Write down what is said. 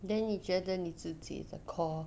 then 你觉得你自己的 core